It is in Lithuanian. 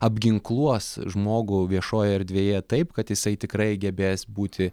apginkluos žmogų viešoj erdvėje taip kad jisai tikrai gebės būti